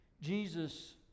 Jesus